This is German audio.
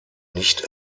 nicht